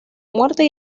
muerte